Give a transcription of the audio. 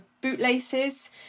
bootlaces